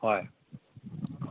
ꯍꯣꯏ